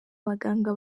baganga